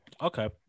Okay